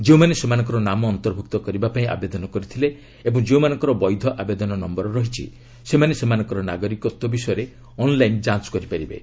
ଯେଉଁମାନେ ସେମାନଙ୍କର ନାମ ଅନ୍ତର୍ଭୁକ୍ତ କରିବାପାଇଁ ଆବେଦନ କରିଥିଲେ ଓ ଯେଉଁମାନଙ୍କର ବୈଧ ଆବଦନ ନମ୍ଭର ରହିଛି ସେମାନେ ସେମାନଙ୍କର ନାଗରିକତ୍ୱ ବିଷୟରେ ଅନ୍ଲାଇନ୍ ଯାଞ୍ କରିପାରିବେ